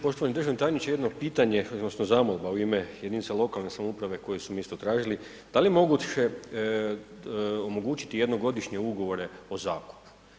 Poštovani državni tajniče jedno pitanje odnosno zamolba u ime jedinica lokalne samouprave koji su ... tražili, da li je moguće omogućiti jednogodišnje ugovore o zakupu?